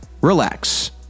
relax